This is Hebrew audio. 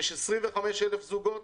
יש 25,000 זוגות.